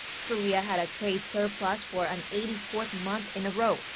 korea had a trade surplus for an eighty fourth month in a row.